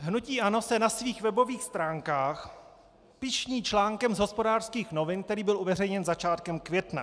Hnutí ANO se na svých webových stránkách pyšní článkem z Hospodářských novin, který byl uveřejněn začátkem května.